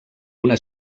una